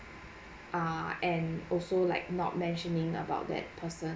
ah and also like not mentioning about that person